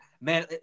man